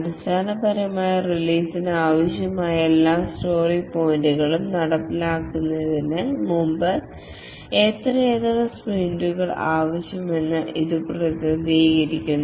അടിസ്ഥാനപരമായി റിലീസിന് ആവശ്യമായ എല്ലാ സ്റ്റോറി പോയിന്റുകളും നടപ്പിലാക്കുന്നതിന് മുമ്പ് എത്രയെത്ര സ്പ്രിന്റുകൾ ആവശ്യമാണെന്ന് ഇത് പ്രതിനിധീകരിക്കുന്നു